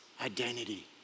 identity